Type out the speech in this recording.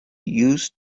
used